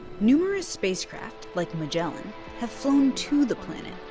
numerous spacecraft like magellan have flown to the planet,